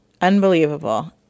Unbelievable